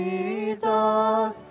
Jesus